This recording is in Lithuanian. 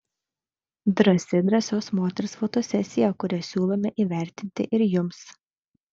drąsi drąsios moters fotosesija kurią siūlome įvertinti ir jums